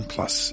Plus